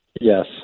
Yes